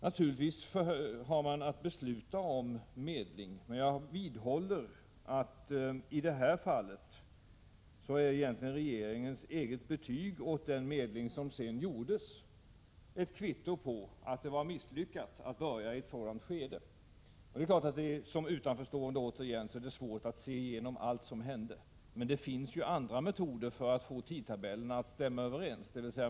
Naturligtvis har regeringen att besluta om medling, men jag vidhåller att regeringens eget betyg åt den medling som sedan gjordes i det här fallet egentligen är ett kvitto på att det var misslyckat att börja i ett sådant skede. Som utanförstående är det svårt att överblicka allt som hände. Men det finns andra metoder för att få tidtabellerna att stämma överens.